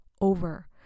over